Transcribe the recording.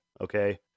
okay